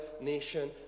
nation